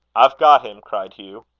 i've got him! cried hugh.